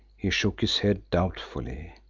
he shook his head doubtfully.